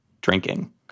drinking